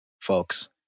folks